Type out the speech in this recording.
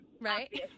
Right